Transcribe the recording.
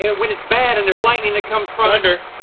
and when it's bad and there's lightning that comes from thunder!